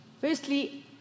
Firstly